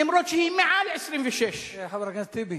אף-על-פי שהיא מעל 26. חבר הכנסת טיבי.